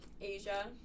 Asia